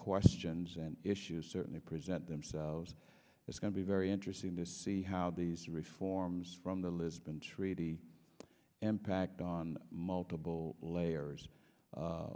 questions and issues certainly present themselves it's going to be very interesting to see how these reforms from the lisbon treaty impact on multiple layers